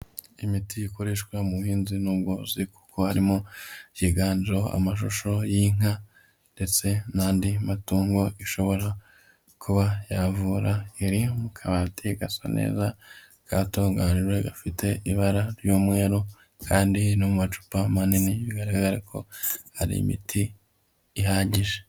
Imiti ikoreshwa mu buhinzi n'ubworozi, kuko harimo byiganjemo amashusho y'inka ndetse n'andi matungo, ishobora kuba yavura iri mu kabati gasa neza, katunganrijwe gafite ibara ry'umweru kandi no mu macupa manini bigaragara ko hari imiti ihagije.